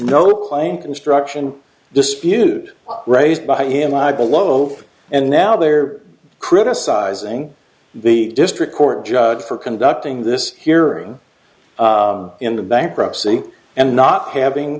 no plane construction dispute raised by him live below and now they're criticizing the district court judge for conducting this hearing into bankruptcy and not